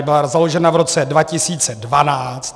Byla založena v roce 2012.